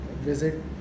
visit